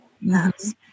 Yes